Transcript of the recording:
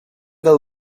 del